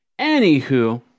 Anywho